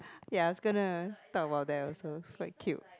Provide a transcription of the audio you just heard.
ya I was gonna talk about that also it's quite cute